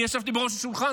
אני ישבתי בראש השולחן,